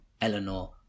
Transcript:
Eleanor